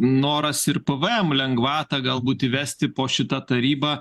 noras ir pvm lengvatą galbūt įvesti po šita taryba